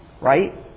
right